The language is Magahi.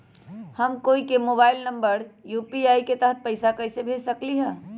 हम कोई के मोबाइल नंबर पर यू.पी.आई के तहत पईसा कईसे भेज सकली ह?